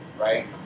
right